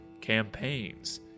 campaigns